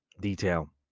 detail